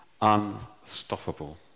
unstoppable